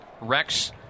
Rex